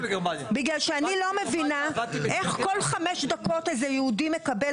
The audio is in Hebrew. בגלל שאני לא מבינה איך כל חמש דקות איזה יהודי מקבל